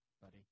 buddy